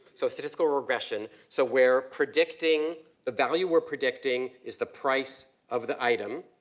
so statistical regression. so we're predicting, the value we're predicting is the price of the item.